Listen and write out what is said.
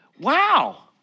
wow